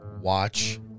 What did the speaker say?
watch